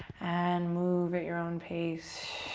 and move at your own pace.